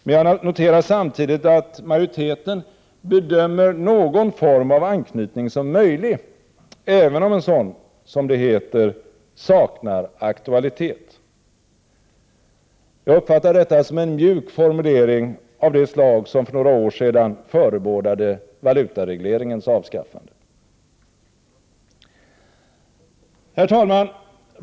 Men jag noterar samtidigt att majoriteten bedömer någon form av anknytning som möjlig, även om en sådan — som det heter — saknar aktualitet. Jag uppfattar detta som en mjuk formulering av det slag som för några år sedan förebådade valutaregleringens avskaffande. Herr talman!